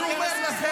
אני שואל,